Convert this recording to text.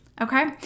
Okay